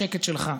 השקט שלך,